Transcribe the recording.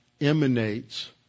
emanates